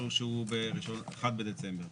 שהוא ב-1 בדצמבר.